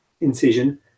incision